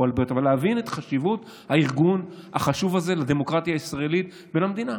אבל להבין את חשיבות הארגון החשוב הזה לדמוקרטיה הישראלית ולמדינה.